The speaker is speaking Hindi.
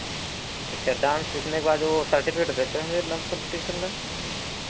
अच्छा डांस सीखने के बाद वो सर्टिफिकेट देते होंगे डांस कम्पिटीशन का